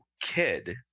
kid